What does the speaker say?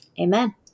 Amen